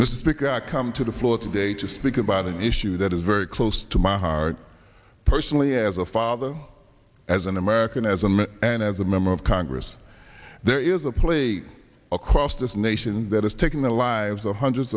this is because i come to the floor today to speak about an issue that is very close to my heart personally as a father as an american as a man and as a member of congress there is a plea across this nation that is taking the lives of hundreds